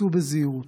סעו בזהירות.